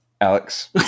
alex